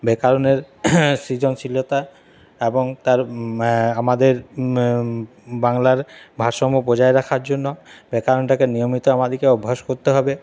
ব্যাকরণের সৃজনশীলতা এবং তার আমাদের বাংলার ভারসাম্য বজায় রাখার জন্য ব্যাকরণটাকে নিয়মিত আমাদিকে অভ্যাস করতে হবে